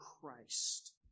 Christ